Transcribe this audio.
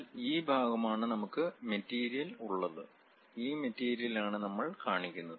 എന്നാൽ ഈ ഭാഗമാണ് നമുക്ക് മെറ്റീരിയൽ ഉള്ളത് ഈ മെറ്റീരിയലാണ് നമ്മൾ കാണിക്കുന്നത്